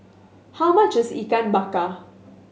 how much is Ikan Bakar